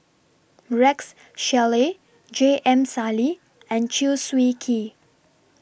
Rex Shelley J M Sali and Chew Swee Kee